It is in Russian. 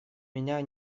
меня